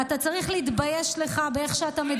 חבר הכנסת אחמד טיבי,